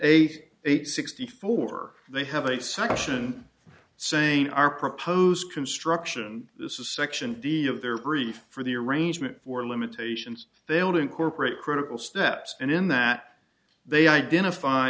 eighty eight sixty four they have a section saying our proposed construction section d of their grief for the arrangement for limitations they don't incorporate critical steps and in that they identify